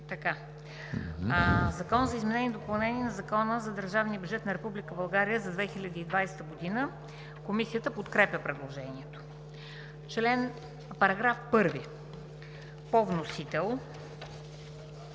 така? „Закон за изменение и допълнение на Закона за държавния бюджет на Република България за 2020 г.“ Комисията подкрепя предложението. По § 1 по вносител